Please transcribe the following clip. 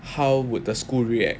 how would the school react